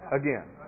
again